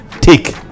take